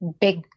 big